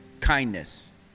kindness